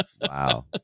Wow